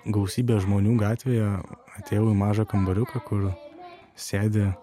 gausybės žmonių gatvėje atėjau į mažą kambariuką kur sėdi